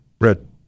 red